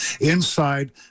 Inside